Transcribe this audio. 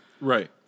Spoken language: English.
Right